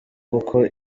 kuko